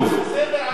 מאה אחוז.